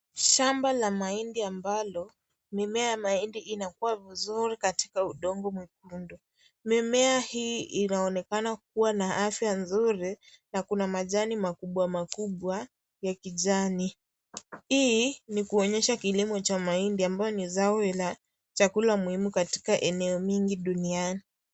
Shamba la mahindi ambalo, mimea ya mahindi inakuwa vizuri katika udongo mwekundu. Mimea hii inaonekana kuwa na afya nzuri na kuna majani makubwa makubwa ya kijani. Hii ni kuonyesha kilimo cha mahindi ambayo ni zao la chakula muhimu katika eneo mingi duniani.